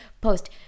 post